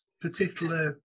particular